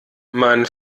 man